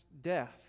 death